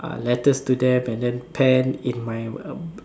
uh letters to them and then pen in my